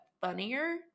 funnier